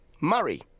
Murray